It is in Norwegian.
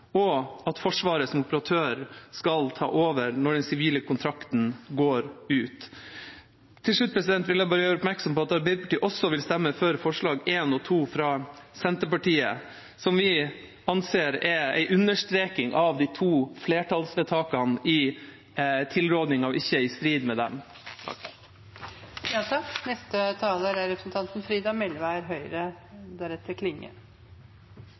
og at Forsvaret som operatør skal ta over når den sivile kontrakten går ut. Til slutt vil jeg bare gjøre oppmerksom på at Arbeiderpartiet også vil stemme for forslagene nr. 1 og 2, fra Senterpartiet, som vi anser er en understreking av de to flertallsvedtakene i tilrådinga og ikke i strid med dem.